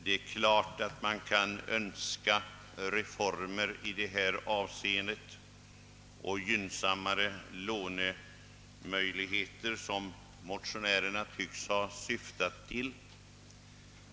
Det är klart att man kan önska reformer i detta avseende, exempelvis gynnsammare lånemöjligheter, vilket motionärerna tycks ha syftat till.